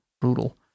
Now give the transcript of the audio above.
brutal